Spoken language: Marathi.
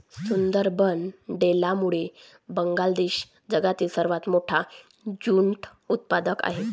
सुंदरबन डेल्टामुळे बांगलादेश जगातील सर्वात मोठा ज्यूट उत्पादक आहे